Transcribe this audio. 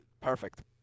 Perfect